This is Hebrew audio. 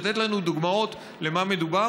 לתת לנו דוגמאות במה מדובר?